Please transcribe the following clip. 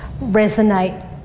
resonate